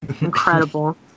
incredible